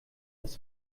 aus